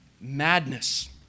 madness